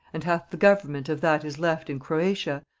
and hath the government of that is left in croatia,